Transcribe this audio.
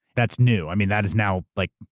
that's new. i mean, that is now. like